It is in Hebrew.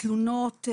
תלונות.